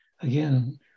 again